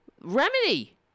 Remedy